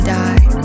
die